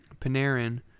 Panarin